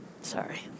Sorry